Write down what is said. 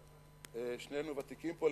שנינו ותיקים פה,